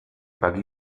buggy